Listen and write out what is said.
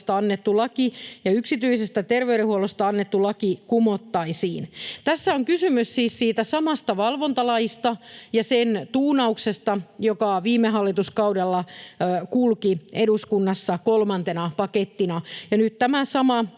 annettu laki ja yksityisestä terveydenhuollosta annettu laki kumottaisiin. Tässä on kysymys siis siitä samasta valvontalaista ja sen tuunauksesta, joka viime hallituskaudella kulki eduskunnassa kolmantena pakettina,